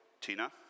Tina